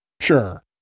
Sure